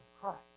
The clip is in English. Christ